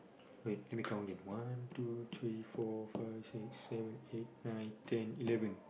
wait let me count again one two three four five six seven eight nine ten eleven